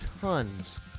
tons